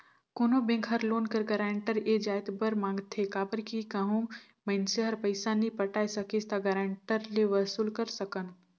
कोनो बेंक हर लोन कर गारंटर ए जाएत बर मांगथे काबर कि कहों मइनसे हर पइसा नी पटाए सकिस ता गारंटर ले वसूल कर सकन